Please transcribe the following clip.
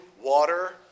water